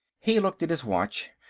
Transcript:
he looked at his watch.